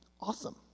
awesome